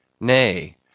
Nay